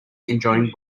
enjoying